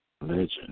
legend